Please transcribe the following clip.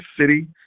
city